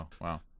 wow